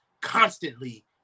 constantly